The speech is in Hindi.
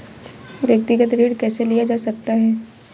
व्यक्तिगत ऋण कैसे लिया जा सकता है?